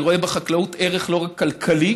אני רואה בחקלאות לא רק ערך כלכלי